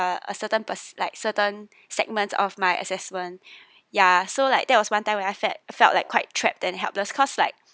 a a certain per~ like certain segments of my assessment ya so like that was one time when I felt felt like quite trapped and helpless cause like